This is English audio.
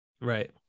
right